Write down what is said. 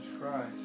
Christ